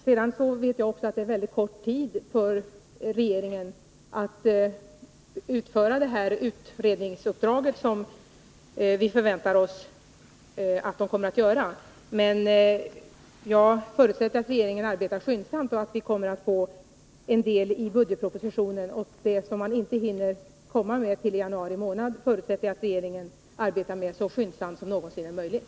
Sedan vet jag också att regeringen har mycket kort tid för det utredningsuppdrag som vi förväntar oss att den kommer att utföra. Men jag förutsätter att regeringen arbetar skyndsamt och att vi kommer att få en del resultat i budgetpropositionen. Det som man inte hinner med till januari månad förutsätter jag att regeringen arbetar med så skyndsamt som någonsin är möjligt.